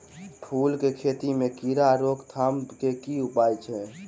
फूल केँ खेती मे कीड़ा रोकथाम केँ की उपाय छै?